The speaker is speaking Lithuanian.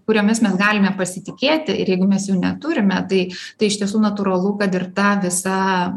kuriomis mes galime pasitikėti ir jeigu mes jų neturime tai tai iš tiesų natūralu kad ir ta visa